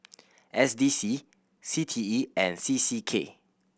S D C C T E and C C K